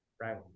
Right